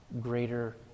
greater